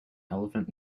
elephant